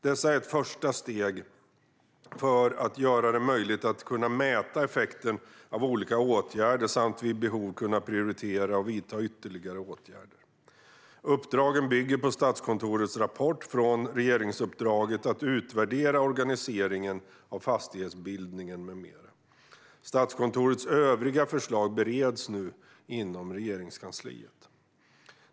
Dessa är ett första steg för att göra det möjligt att kunna mäta effekten av olika åtgärder samt vid behov kunna prioritera och vidta ytterligare åtgärder. Uppdragen bygger på Statskontorets rapport från regeringsuppdraget att utvärdera organiseringen av fastighetsbildningen med mera. Statskontorets övriga förslag bereds nu inom Regeringskansliet.